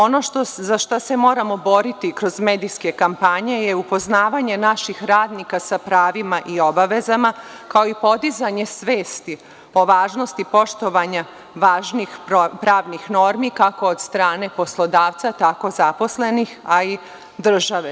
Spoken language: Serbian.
Ono za šta se moramo boriti kroz medijske kampanje je upoznavanje naših radnika sa pravima i obavezama, kao i podizanje svesti o važnosti poštovanja važnih pravnih normi, kako od strane poslodavca, tako i od zaposlenih, a i države.